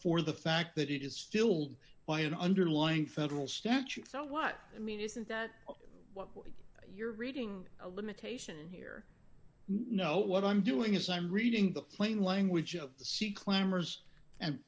for the fact that it is still by an underlying federal statute so what i mean isn't that what you're reading a limitation here no what i'm doing is i'm reading the plain language of the sea clamors and